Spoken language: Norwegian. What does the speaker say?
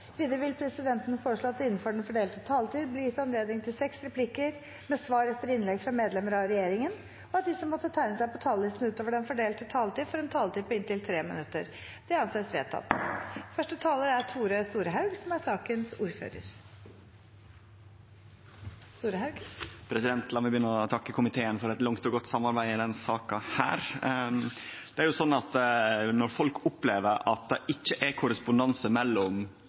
Videre vil presidenten foreslå at det – innenfor den fordelte taletid – blir gitt anledning til inntil seks replikker med svar etter innlegg fra medlemmer av regjeringen, og at de som måtte tegne seg på talerlisten utover den fordelte taletid, får en taletid på inntil 3 minutter. – Det anses vedtatt. Lat meg begynne med å takke komiteen for eit langt og godt samarbeid i denne saka. Det er slik at når folk opplever at det ikkje er korrespondanse mellom